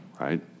right